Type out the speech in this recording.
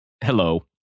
Hello